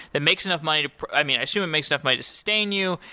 that makes enough money to, i mean, i assume it makes enough money to sustain you.